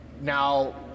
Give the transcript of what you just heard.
Now